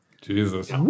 Jesus